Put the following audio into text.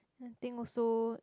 I think also